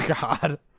God